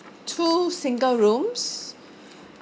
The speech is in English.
two single rooms